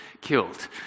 killed